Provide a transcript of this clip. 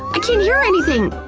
i can't hear anything!